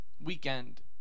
weekend